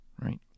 right